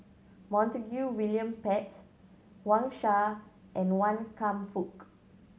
Montague William Pett Wang Sha and Wan Kam Fook